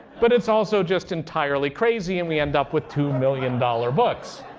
but it's also just entirely crazy and we end up with two million dollars books.